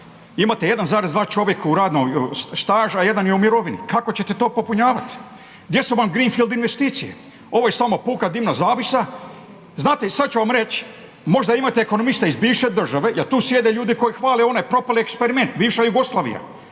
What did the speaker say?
Imate 1,2 čovjeka u radnog staža a 1 je u mirovini. Kako ćete to popunjavati? Gdje su vam greenfield investicije? Ovo je samo puka dimna zavjesa. Znate i sada ću vam reći, možda imate ekonomiste iz bivše države jer tu sjede ljudi koji hvale onaj propali eksperiment bivša Jugoslavija.